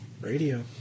Radio